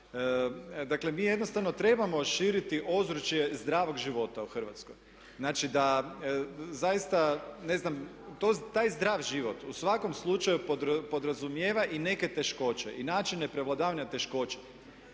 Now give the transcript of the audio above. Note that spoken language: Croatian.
Dakle mi jednostavno trebamo širiti ozračje zdravog života u Hrvatskoj. Znači da zaista, ne znam, taj zdrav život u svakom slučaju podrazumijeva i neke teškoće i načine prevladavanja teškoća.